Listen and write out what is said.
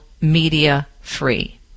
media-free